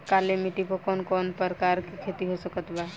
काली मिट्टी पर कौन कौन प्रकार के खेती हो सकत बा?